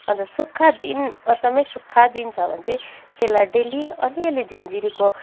अन्त सुक्खा दिन अचम्मै सुक्खा दिन छ भने चाहिँ त्यसलाई डेली अलिअलि झिन्झिरीको